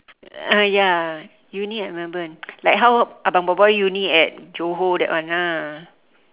uh ya uni at melbourne like how abang boy boy uni at johor that one ah